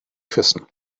küssen